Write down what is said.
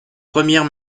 première